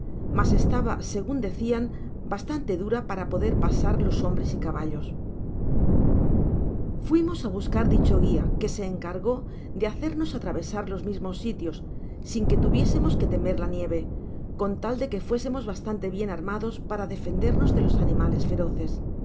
mas estaba segun decían bastante dura para poder pasar los hombres y caballos fuimos á buscar dicho guia que se encargó de hacernos atravesar los mismos sitios sin que tuviésemos que temer la nieve con tal de que fuésemos bastante bien armados para defendernos de los animales feroces